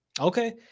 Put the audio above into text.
Okay